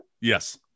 Yes